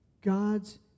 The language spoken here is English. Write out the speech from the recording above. God's